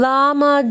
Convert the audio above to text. Lama